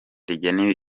rigena